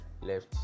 left